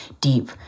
deep